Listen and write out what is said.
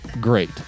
great